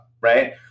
right